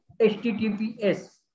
https